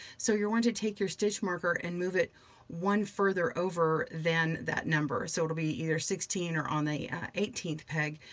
so you're wanting to take your stitch marker and move it one further over then that number. so it'll be either sixteen or on the eighteenth peg,